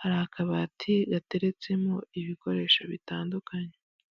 hari akabati gateretsemo ibikoresho bitandukanye.